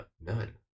None